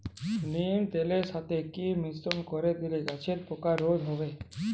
নিম তেলের সাথে কি মিশ্রণ করে দিলে গাছের পোকা রোধ হবে?